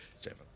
seven